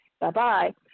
Bye-bye